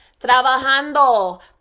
Trabajando